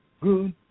good